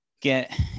get